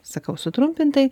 sakau sutrumpintai